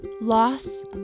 loss